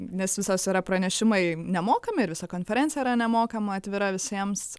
nes visos yra pranešimai nemokami ir visa konferencija yra nemokama atvira visiems